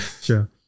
Sure